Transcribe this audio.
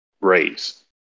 raise